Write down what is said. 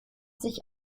sich